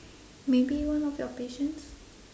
maybe one of your patients